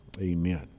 Amen